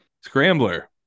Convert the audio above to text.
Scrambler